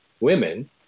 women